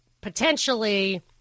potentially